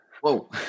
Whoa